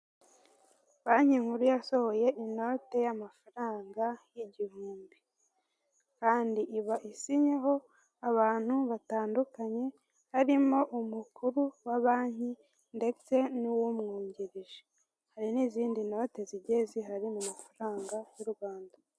Banki nkuru yasohoye inote y'amafaranga igihumbi. Kandi iba isinyeho abantu batandukanye harimo umukuru wa banki, ndetse n'uwumwungirije. harimo n'izindi note zigiye zihari mu mafaranga y'u rwanda